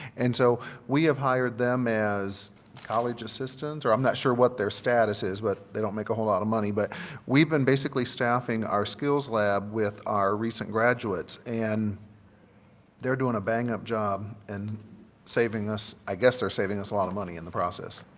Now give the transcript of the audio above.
and so we have hired them as college assistants or i'm not sure what they're status is but they don't make a whole lot of money. but we've been basically staffing our skills lab with our recent graduates. and they're doing a bang up job in saving us i guess they're saving us a lot of money in the process,